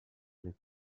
les